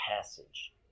passage